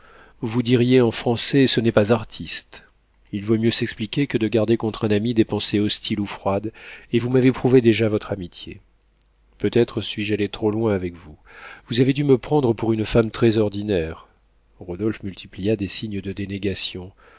vous diriez en français ce n'est pas artiste il vaut mieux s'expliquer que de garder contre un ami des pensées hostiles ou froides et vous m'avez prouvé déjà votre amitié peut-être suis-je allé trop loin avec vous vous avez dû me prendre pour une femme très ordinaire rodolphe multiplia des signes de dénégation